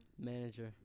manager